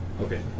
Okay